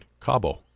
Cabo